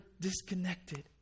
disconnected